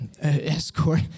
Escort